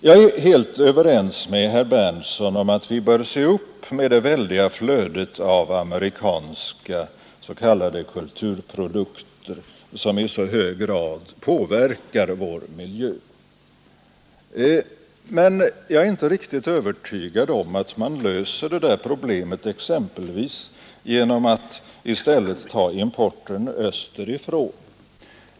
Jag är helt överens med herr Berndtson i Linköping om att vi bör se upp med det väldiga flödet av amerikanska s.k. kulturprodukter, som i så hög grad påverkar vår miljö. Men jag är inte riktigt övertygad om att man löser det problemet exempelvis genom att i stället ta importen österifrån.